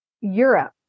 europe